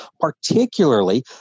particularly